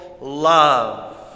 love